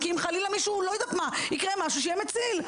ואם חלילה יקרה משהו שיהיה מציל.